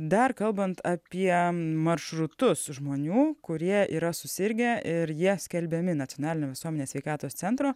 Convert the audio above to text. dar kalbant apie maršrutus žmonių kurie yra susirgę ir jie skelbiami nacionalinio visuomenės sveikatos centro